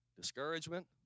Discouragement